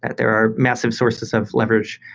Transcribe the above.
and there are massive sources of leverage.